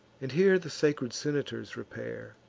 and here the sacred senators repair